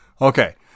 okay